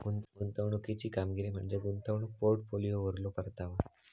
गुंतवणुकीची कामगिरी म्हणजे गुंतवणूक पोर्टफोलिओवरलो परतावा